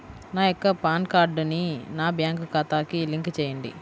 నా యొక్క పాన్ కార్డ్ని నా బ్యాంక్ ఖాతాకి లింక్ చెయ్యండి?